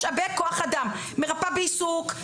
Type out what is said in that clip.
מרפאה בעיסוק,